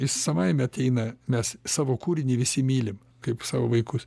jis savaime ateina mes savo kūrinį visi mylim kaip savo vaikus